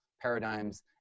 paradigms